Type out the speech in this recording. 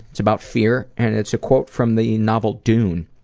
it's about fear and it's a quote from the novel dune.